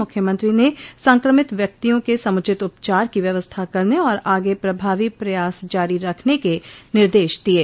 मुख्यमंत्री ने सक्रमित व्यक्तियों के समुचित उपचार की व्यवस्था करने आर आगे प्रभावी प्रयास जारी रखने के निर्देश दिये